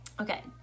Okay